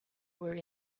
were